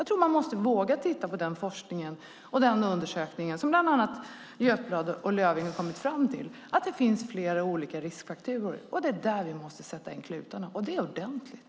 Jag tror att man måste våga titta på forskningen och på det som bland annat Götblad och Löfving har kommit fram till, nämligen att det finns flera olika riskfaktorer. Det är där vi måste sätta in klutarna, och det ordentligt.